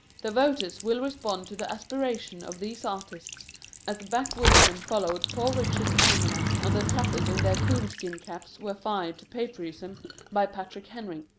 the voters will respond to the aspirations of these artists as the back-woodsmen followed poor richard's almanac, or the trappers in their coon-skin caps were fired to patriotism by patrick henry.